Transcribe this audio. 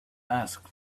asked